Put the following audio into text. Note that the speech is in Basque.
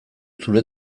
zure